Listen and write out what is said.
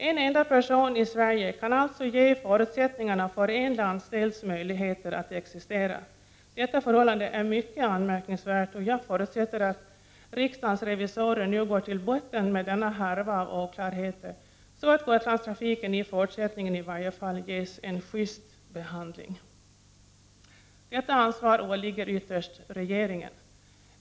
En enda person i Sverige kan alltså ge förutsättningarna för en hel landsdels möjligheter att existera. Detta förhållande är mycket anmärkningsvärt, och jag förutsätter att riksdagens revisorer nu går till botten med denna härva av oklarheter, så att Gotlandstrafiken i fortsättningen i varje fall ges en schyst behandling. Detta ansvar åligger ytterst regeringen.